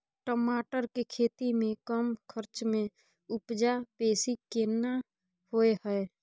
टमाटर के खेती में कम खर्च में उपजा बेसी केना होय है?